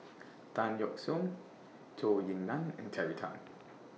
Tan Yeok Seong Zhou Ying NAN and Terry Tan